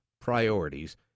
priorities